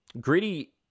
Gritty